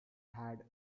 had